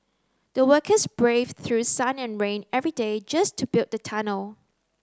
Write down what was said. the workers braved through sun and rain every day just to build the tunnel